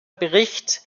bericht